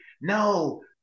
No